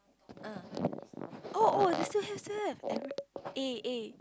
oh oh still have still have A_A